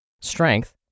strength